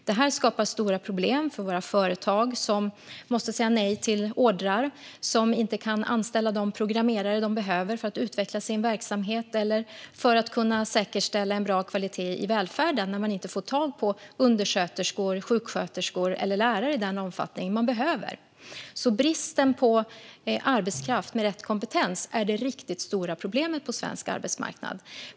Detta skapar stora problem för våra företag, som måste säga nej till order och som inte kan anställa de programmerare de behöver för att utveckla sin verksamhet. Man kan inte säkerställa en bra kvalitet i välfärden om man inte får tag på undersköterskor, sjuksköterskor eller lärare i den omfattning som behövs. Bristen på arbetskraft med rätt kompetens är alltså det riktigt stora problemet på svensk arbetsmarknad.